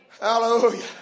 Hallelujah